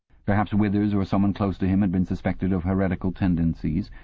perhaps withers or someone close to him had been suspected of heretical tendencies.